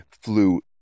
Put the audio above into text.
flew